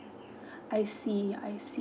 I see I see